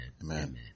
Amen